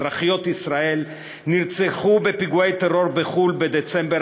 הן אזרחיות ישראל שנרצחו בפיגועי טרור בחו"ל בדצמבר